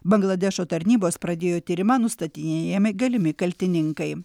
bangladešo tarnybos pradėjo tyrimą nustatinėjami galimi kaltininkai